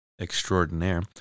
extraordinaire